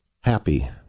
happy